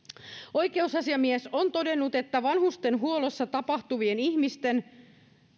oikeusasiamies on todennut että vanhustenhuollossa tapahtuvien ihmisten